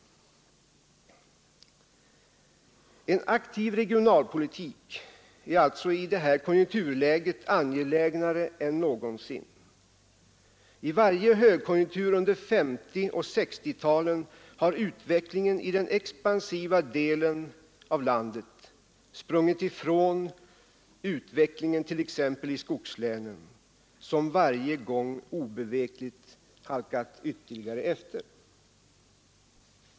En aktiv regionalpolitik är alltså i det här konjunkturläget angelägnare än någonsin. I varje högkonjunktur under 1950 och 1960-talen har utvecklingen i den expansiva delen av landet sprungit ifrån utvecklingen t.ex. i skogslänen, som varje gång obevekligt halkat ytterligare efter.